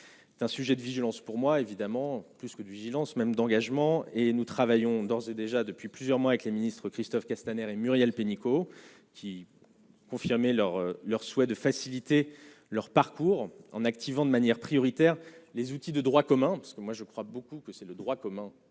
d'un sujet de vigilance pour moi, évidemment, plus que de vigilance même d'engagement et nous travaillons d'ores et déjà depuis plusieurs mois avec les ministres Christophe Castaner et Muriel Pénicaud, qui confirmé leur leur souhait de faciliter leur parcours en activant de manière prioritaire, les outils de droit commun, parce que moi je. Je crois beaucoup que c'est le droit commun